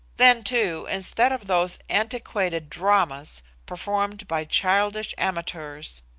then, too, instead of those antiquated dramas performed by childish amateurs,